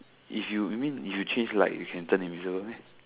if you mean if you change light you can turn invisible meh